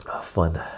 Fun